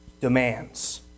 demands